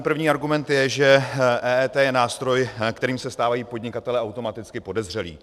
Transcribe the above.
První argument je, že EET je nástroj, kterým se stávají podnikatelé automaticky podezřelí.